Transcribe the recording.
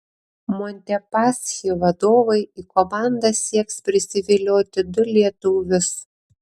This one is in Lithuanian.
montepaschi vadovai į komandą sieks prisivilioti du lietuvius